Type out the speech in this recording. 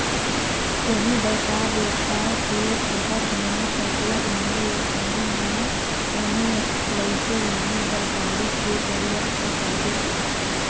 कोनो बयपार बेवसाय के करब म सरलग माल ल कोनो ना कोनो लइजे लाने बर गाड़ी के जरूरत तो परबे करथे